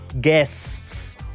guests